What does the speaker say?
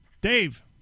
Dave